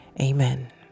Amen